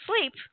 sleep